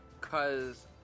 cause